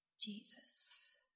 Jesus